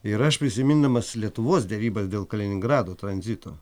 ir aš prisimindamas lietuvos derybas dėl kaliningrado tranzito